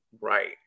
right